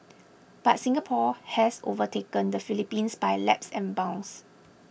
but Singapore has overtaken the Philippines by laps and bounds